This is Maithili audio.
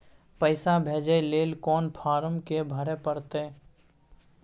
पैसा भेजय लेल कोन फारम के भरय परतै?